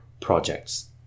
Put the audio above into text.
projects